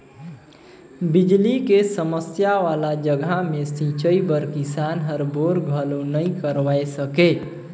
बिजली के समस्या वाला जघा मे सिंचई बर किसान हर बोर घलो नइ करवाये सके